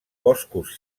boscos